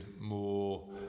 more